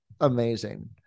amazing